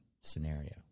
scenario